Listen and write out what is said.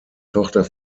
tochter